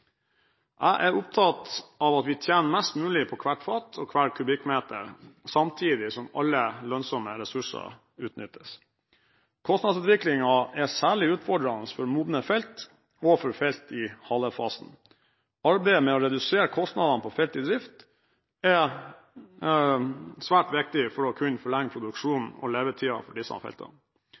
Jeg er opptatt av at vi tjener mest mulig på hvert fat og hver kubikkmeter, samtidig som alle lønnsomme ressurser utnyttes. Kostnadsutviklingen er særlig utfordrende for modne felt, og for felt i halefasen. Arbeidet med å redusere kostnadene på felt i drift er svært viktig for å kunne forlenge produksjonen og levetiden for disse feltene.